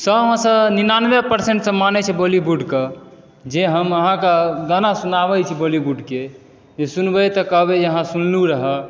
सओमे सँ निन्यानवे परसेन्ट सब मानै छै बॉलीवुडके जे हम अहाँके गाना सुनाबै छी बॉलीवुडके जे सुनबै तऽ कहबै हाँ सुनलू रहै